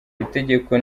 itegeko